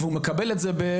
והוא מקבל את זה בהפתעה.